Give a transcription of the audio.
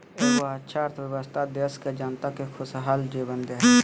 एगो अच्छा अर्थव्यवस्था देश के जनता के खुशहाल जीवन दे हइ